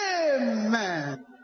Amen